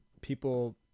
people